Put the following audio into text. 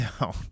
No